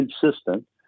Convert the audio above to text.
consistent